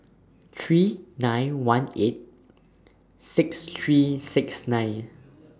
three nine one eight six three six nine